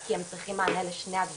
כי הם צריכים מענה לשני הדברים.